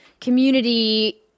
community